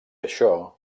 això